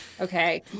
okay